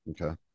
okay